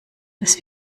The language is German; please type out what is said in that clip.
dass